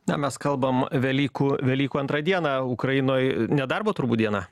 na mes kalbam velykų velykų antrą dieną ukrainoj nedarbo turbūt diena